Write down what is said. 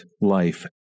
life